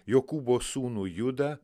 jokūbo sūnų judą